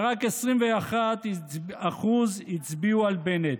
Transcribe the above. ורק 21% הצביעו על בנט.